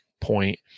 point